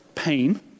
pain